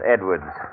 Edwards